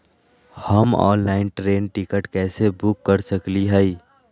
हम online train ticket कैसे book कर सकली हई?